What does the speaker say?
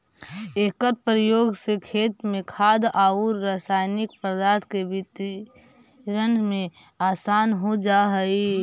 एकर प्रयोग से खेत में खाद औउर रसायनिक पदार्थ के वितरण में आसान हो जा हई